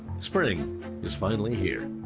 spring is finally here.